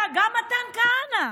גם מתן כהנא: